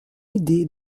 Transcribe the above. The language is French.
idée